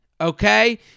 okay